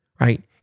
right